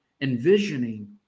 envisioning